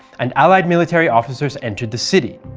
and allied military officers entered the city.